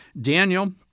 Daniel